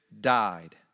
died